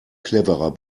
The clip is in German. cleverer